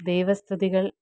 ദൈവ സ്തുതികൾ